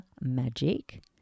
magic